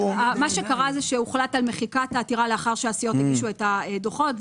מה שקרה זה שהוחלט על מחיקת העתירה לאחר שהסיעות הגישו את הדוחות.